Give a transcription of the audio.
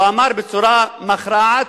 הוא אמר בצורה מכרעת: